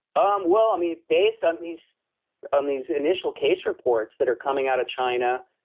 um well, um you know based on these on these initial case reports that are coming out of china,